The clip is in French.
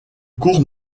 court